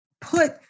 put